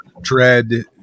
dread